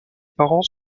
parents